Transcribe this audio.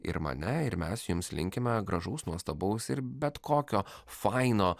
ir mane ir mes jums linkime gražaus nuostabaus ir bet kokio faino